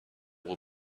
will